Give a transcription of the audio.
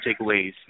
takeaways